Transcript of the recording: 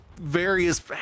various